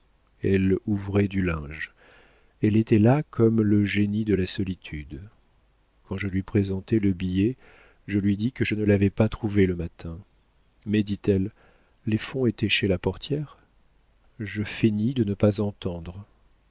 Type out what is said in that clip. elle ouvrait du linge elle était là comme le génie de la solitude quand je lui présentai le billet je lui dis que je ne l'avais pas trouvée le matin mais dit-elle les fonds étaient chez la portière je feignis de ne pas entendre